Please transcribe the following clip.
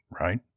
right